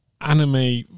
anime